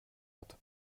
hat